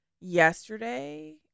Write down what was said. Yesterday